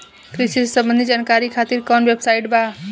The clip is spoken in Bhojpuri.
कृषि से संबंधित जानकारी खातिर कवन वेबसाइट बा?